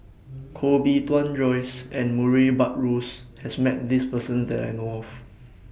Koh Bee Tuan Joyce and Murray Buttrose has Met This Person that I know of